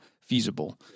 feasible